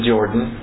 Jordan